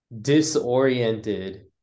disoriented